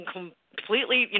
completely